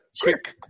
quick